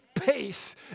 peace